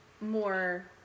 more